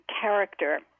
character